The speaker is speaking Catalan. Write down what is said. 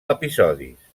episodis